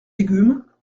légumes